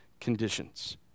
conditions